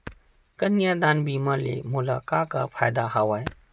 कन्यादान बीमा ले मोला का का फ़ायदा हवय?